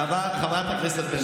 חברת הכנסת בן ארי.